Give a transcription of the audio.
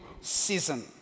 season